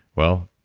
well,